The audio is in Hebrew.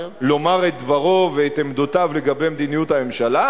לומר את דברו ואת עמדותיו לגבי מדיניות הממשלה,